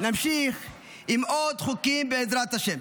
נמשיך עם עוד חוקים, בעזרת השם.